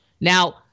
Now